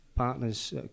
partners